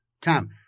Tam